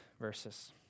verses